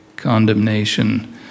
condemnation